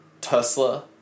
Tesla